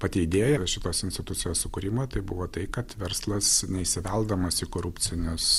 pati idėja apie šitos institucijos sukūrimą tai buvo tai kad verslas neįsiveldamas į korupcinius